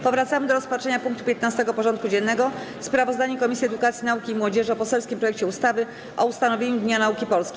Powracamy do rozpatrzenia punktu 15. porządku dziennego: Sprawozdanie Komisji Edukacji, Nauki i Młodzieży o poselskim projekcie ustawy o ustanowieniu Dnia Nauki Polskiej.